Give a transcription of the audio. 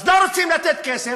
אז לא רוצים לתת כסף,